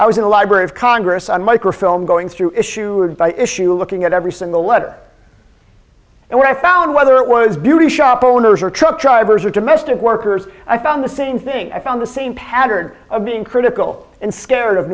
i was in the library of congress on microfilm going through issue by issue looking at every single letter and when i found whether it was beauty shop owners or truck drivers or to mr workers i found the same thing i found the same pattern of being critical and scared of